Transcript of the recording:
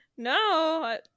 No